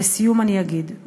לסיום אני אגיד,